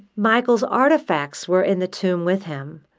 michael's artifacts were in the tomb with him.